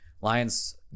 Lions